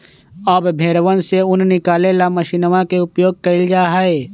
अब भेंड़वन से ऊन निकाले ला मशीनवा के उपयोग कइल जाहई